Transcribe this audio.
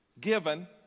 given